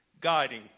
guiding